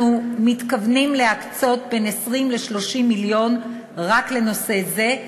אנחנו מתכוונים להקצות בין 20 ל-30 מיליון רק לנושא זה,